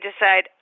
decide